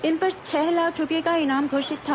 इन पर छह लाख रूपये का इनाम घोषित था